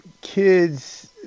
kids